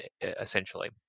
essentially